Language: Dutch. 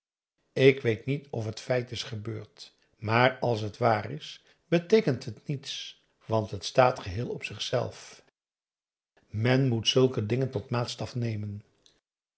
ik weet niet of het feit is gebeurd maar als het waar is beteekent het niets want het staat geheel op zichzelf p a daum hoe hij raad van indië werd onder ps maurits men moet zulke dingen tot maatstaf nemen